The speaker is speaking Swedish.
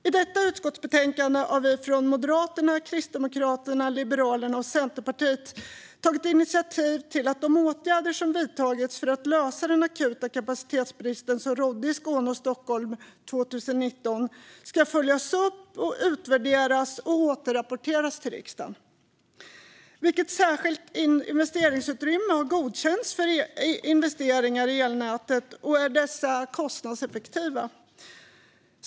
I detta utskottsbetänkande har vi från Moderaterna, Kristdemokraterna, Liberalerna och Centerpartiet tagit initiativ till att de åtgärder som vidtagits för att lösa den akuta kapacitetsbrist som rådde i Skåne och Stockholm 2019 ska följas upp och utvärderas och återrapporteras till riksdagen. Vilket särskilt investeringsutrymme har godkänts för investeringar i elnätet, och är dessa kostnadseffektiva?